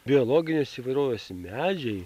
biologinės įvairovės medžiai